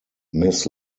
miss